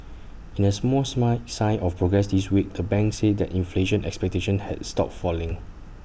in A small smile sign of progress this week the bank said that inflation expectations had stopped falling